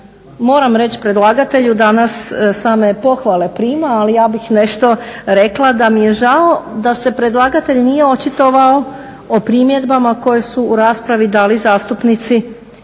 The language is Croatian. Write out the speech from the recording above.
moram reć predlagatelju. Danas same pohvale prima ali ja bih nešto rekla, da mi je žao da se predlagatelj nije očitovao o primjedbama koje su u raspravi, da li zastupnici